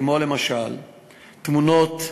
כמו למשל תמונות,